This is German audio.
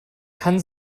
kann